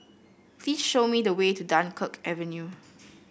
please show me the way to Dunkirk Avenue